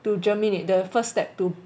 to germinate the first step to